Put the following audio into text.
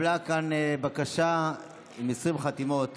התקבלה בקשה עם 20 חתימות